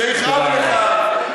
שיכאב לך.